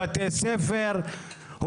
בתי ספר,